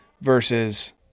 versus